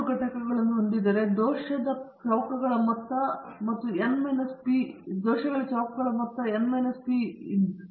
ನೀವು R ಪರಿವರ್ತನೆಯನ್ನು ಸರಿಹೊಂದಿಸಿದಾಗ ಮಾತ್ರ ಹೆಚ್ಚಿನ ಸಂಖ್ಯೆಯ ನಿಯತಾಂಕಗಳೊಂದಿಗೆ ಹೆಚ್ಚಾಗುತ್ತದೆ ನಂತರ ಸಾಮರ್ಥ್ಯಗಳನ್ನು ಊಹಿಸುವ ಮಾದರಿಗಳನ್ನು ಸುಧಾರಿಸಲು ಆ ನಿಯತಾಂಕಗಳನ್ನು ಅಗತ್ಯವಿದೆ